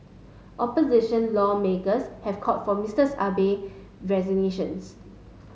opposition lawmakers have called for Mister Abe resignations